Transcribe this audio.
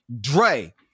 Dre